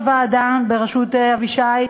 בוועדה בראשות אבישי,